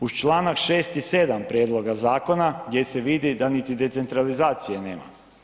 Uz čl. 6. i 7. prijedloga zakona, gdje se vidi da niti decentralizacije nema.